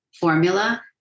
formula